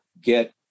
get